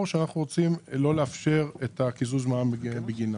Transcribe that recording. ואנחנו רוצים לא לאפשר את קיזוז המע"מ בגינם.